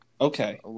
Okay